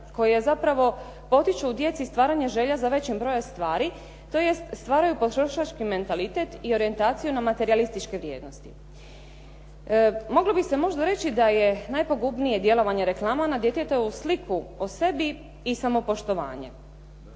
koje zapravo potiču u djeci stvaranje želja za većim brojem stvari, tj. stvaraju potrošački mentalitet i orijentaciju na materijalističke vrijednosti. Moglo bi se možda reći da je najpogubnije djelovanje reklama na djetetovu sliku o sebi i samopoštovanje.